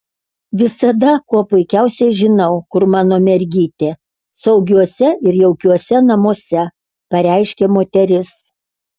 visada kuo puikiausiai žinau kur mano mergytė saugiuose ir jaukiuose namuose pareiškė moteris